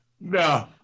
No